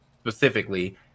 Specifically